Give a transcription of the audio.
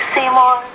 Seymour